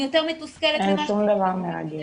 אני יותר מתוסכלת אין שום דבר מרגש.